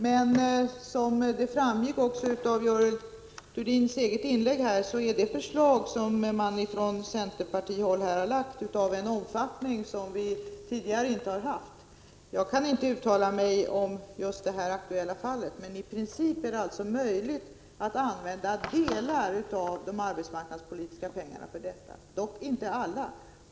Men som framgick av Görel Thurdins eget inlägg är det förslag som framlagts från centerpartihåll av en omfattning som vi tidigare inte har haft. Jag kan inte uttala mig om det aktuella fallet, men i princip är det möjligt att använda delar av de arbetsmarknadspolitiska medlen för detta, men inte alla.